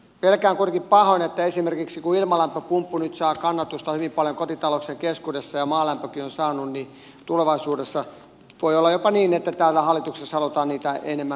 pelkään kuitenkin pahoin että kun esimerkiksi ilmalämpöpumppu nyt saa kannatusta hyvin paljon kotitalouksien keskuudessa ja maalämpökin on saanut niin tulevaisuudessa voi olla jopa niin että täällä hallituksessa halutaan niitä enemmän verottaa